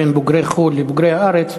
בין בוגרי חו"ל לבוגרי הארץ,